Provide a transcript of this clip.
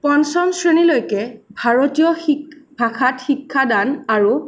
পঞ্চম শ্ৰেণীলৈকে ভাৰতীয় ভাষাত শিক্ষা দান আৰু